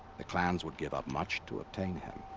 the clans would give up much to obtain him.